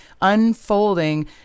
unfolding